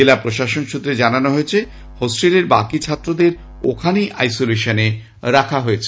জেলা প্রশাসন সূত্রে জানানো হয়েছে হোস্টেলের বাকী ছাত্রদের ওখানেই আইসোলেশনে রাখা হয়েছে